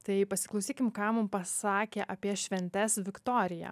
tai pasiklausykim ką mum pasakė apie šventes viktorija